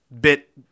bit